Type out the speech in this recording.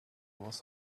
was